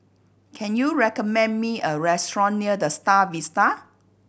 can you recommend me a restaurant near The Star Vista